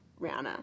Rihanna